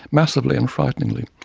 massively and frighteningly.